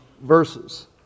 verses